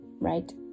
right